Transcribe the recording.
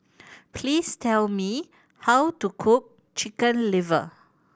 please tell me how to cook Chicken Liver